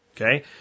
Okay